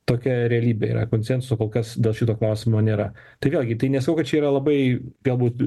tokia realybė yra konsensu kol kas dėl šito klausimo nėra tai vėlgi tai nesakau kad čia yra labai galbūt